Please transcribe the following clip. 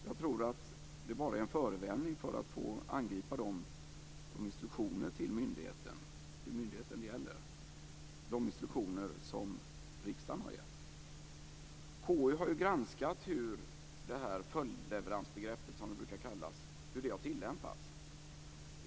Jag tror att det bara är en förevändning för att få angripa de instruktioner som riksdagen har gett till den myndighet som det gäller. KU har granskat hur följdleveransbegreppet har tillämpats.